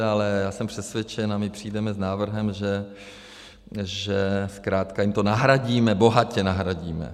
Ale já jsem přesvědčen, a my přijdeme s návrhem, že zkrátka jim to nahradíme, bohatě nahradíme.